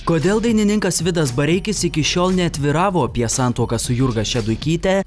kodėl dainininkas vidas bareikis iki šiol neatviravo apie santuoką su jurga šeduikyte